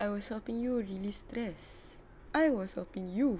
I was helping you release stress I was helping you